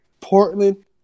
Portland